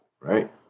right